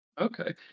okay